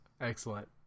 Excellent